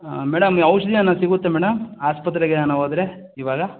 ಆಂ madam ಔಷಧಿ ಏನು ಸಿಗುತ್ತಾ ಮೇಡಮ್ ಆಸ್ಪತ್ರೆಗೆ ನಾನು ಹೋದ್ರೆ ಇವಾಗ